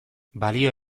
balio